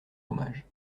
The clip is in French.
hommage